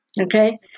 okay